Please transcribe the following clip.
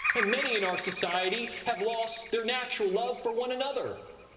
and many in our society have lost their natural love for one another.